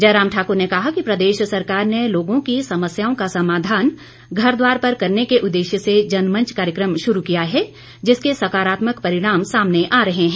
जयराम ठाकुर ने कहा कि प्रदेश सरकार ने लोगों की समस्याओं का समाधान घर द्वार पर करने के उददेश्य से जनमंच कार्यकम शुरू किया है जिसके सकारात्मक परिणाम सामने आ रहे हैं